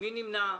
מי נמנע?